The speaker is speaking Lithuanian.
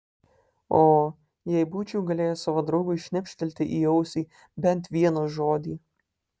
o jei būčiau galėjęs savo draugui šnibžtelėti į ausį bent vieną žodį